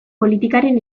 politikaren